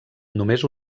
només